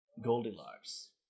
Goldilocks